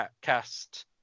cast